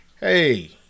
hey